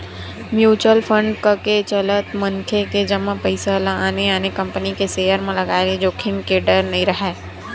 mutual fund कके चलत मनखे के जमा पइसा ल आने आने कंपनी के सेयर म लगाय ले जोखिम के डर नइ राहय